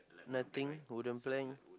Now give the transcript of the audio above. nothing golden plank